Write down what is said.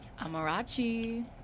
Amarachi